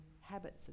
habits